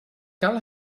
cal